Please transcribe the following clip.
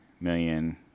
million